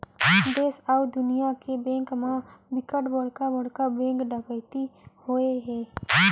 देस अउ दुनिया के बेंक म बिकट बड़का बड़का बेंक डकैती होए हे